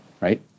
right